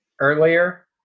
earlier